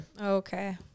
Okay